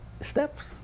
steps